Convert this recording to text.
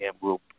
group